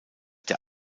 der